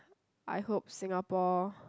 I hope Singapore